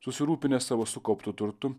susirūpinęs savo sukauptu turtu